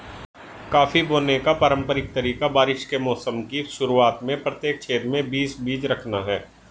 coffee बोने का पारंपरिक तरीका बारिश के मौसम की शुरुआत में प्रत्येक छेद में बीस बीज रखना है